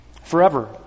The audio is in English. Forever